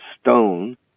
stone